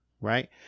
Right